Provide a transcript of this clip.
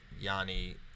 Yanni